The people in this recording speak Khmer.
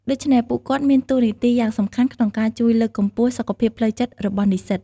ដូច្នេះ ពួកគាត់មានតួនាទីយ៉ាងសំខាន់ក្នុងការជួយលើកកម្ពស់សុខភាពផ្លូវចិត្តរបស់និស្សិត។